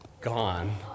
gone